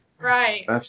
Right